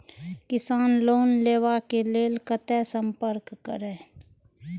किसान लोन लेवा के लेल कते संपर्क करें?